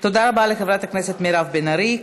תודה רבה לחברת הכנסת מירב בן ארי.